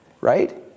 right